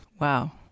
Wow